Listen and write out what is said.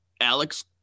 Alex